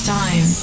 time